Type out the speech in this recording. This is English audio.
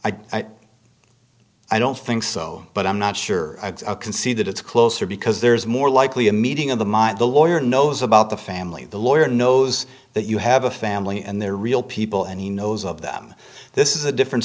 am i i don't think so but i'm not sure i can see that it's closer because there's more likely a meeting of the mind the lawyer knows about the family the lawyer knows that you have a family and they're real people and he knows of them this is a different